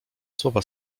słowa